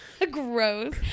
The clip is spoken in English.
Gross